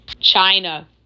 China